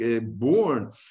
born